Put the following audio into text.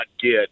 get